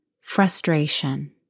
frustration